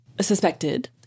suspected